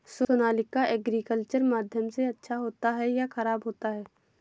Sonalika agriculture माध्यम से अच्छा होता है या ख़राब होता है?